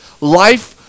life